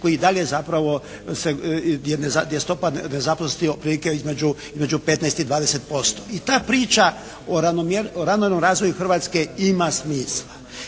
koji dalje zapravo gdje je stopa nezaposlenosti otprilike između 15 i 20%. I ta priča o ravnomjernom razvoju Hrvatske ima smisla